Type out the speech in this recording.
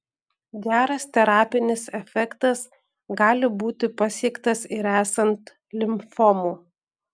geras terapinis efektas gali būti pasiektas ir esant limfomų